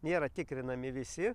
nėra tikrinami visi